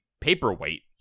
paperweight